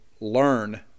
learn